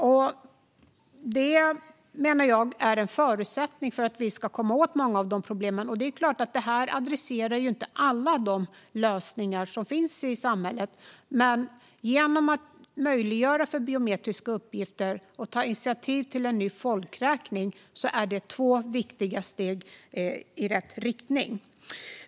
En sådan är, menar jag, en förutsättning för att vi ska komma åt många av problemen. Det här adresserar inte alla de problem som finns i samhället, men att möjliggöra för biometriska uppgifter och ta initiativ till en ny folkräkning är två viktiga steg i rätt riktning.